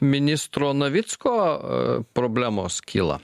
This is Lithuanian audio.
ministro navicko problemos kyla